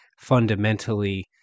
fundamentally